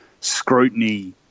scrutiny